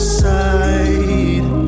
side